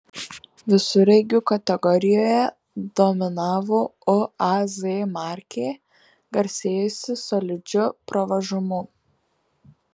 visureigių kategorijoje dominavo uaz markė garsėjusi solidžiu pravažumu